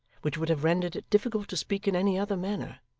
which would have rendered it difficult to speak in any other manner.